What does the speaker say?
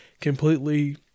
completely